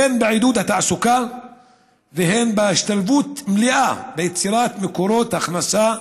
הן בעידוד התעסוקה והן בהשתלבות מלאה ויצירת מקורות הכנסה